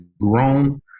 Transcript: grown